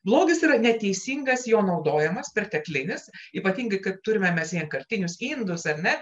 blogis yra neteisingas jo naudojimas perteklinis ypatingai kad turime mes vienkartinius indus ar ne